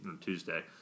Tuesday